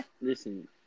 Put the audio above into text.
listen